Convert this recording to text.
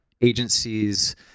agencies